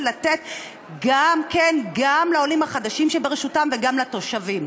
ולתת גם לעולים החדשים אצלן וגם לתושבים.